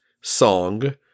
song